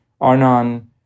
Arnon